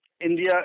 India